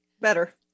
Better